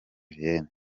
julienne